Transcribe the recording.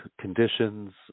conditions